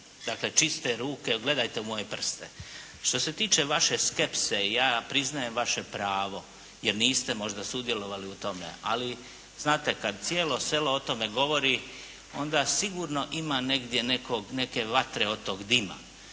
Dakle, čiste ruke, gledajte u moje prste. Što se tiče vaše skepse, ja priznajem vaše pravo jer niste možda sudjelovali u tome, ali znate kad cijelo selo o tome govori onda sigurno ima negdje netko neke vatre od tog dima,